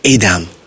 Adam